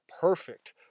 perfect